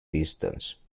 distance